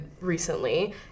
recently